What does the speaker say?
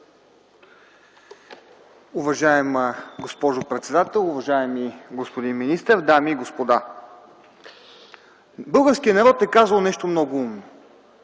Уважаема госпожо председател, уважаеми господин министър, дами и господа! Българският народ е казал нещо много умно: